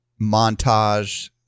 montage